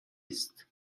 است